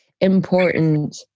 important